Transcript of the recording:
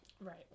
right